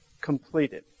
completed